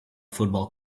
football